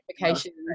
notifications